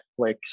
Netflix